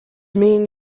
mean